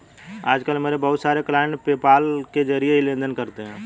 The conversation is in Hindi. आज कल मेरे बहुत सारे क्लाइंट पेपाल के जरिये ही लेन देन करते है